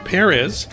Perez